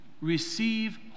receive